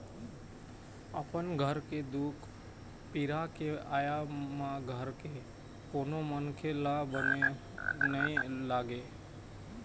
अपन घर के दुख पीरा के आय म घर के कोनो मनखे ल बने नइ लागे